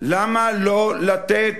למה לא לתת